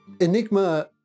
Enigma